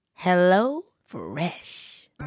HelloFresh